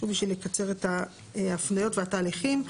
חשבתי שנקצר את ההפניות והתהליכים.